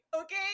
okay